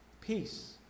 Peace